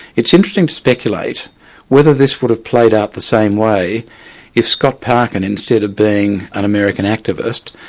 it's interesting to speculate whether this would have played out the same way if scott parkin, instead of being an american activist,